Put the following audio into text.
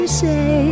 say